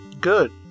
good